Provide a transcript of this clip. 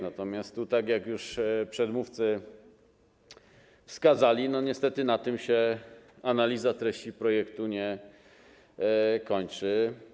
Natomiast, tak jak już przedmówcy wskazali, niestety na tym się analiza treści projektu nie kończy.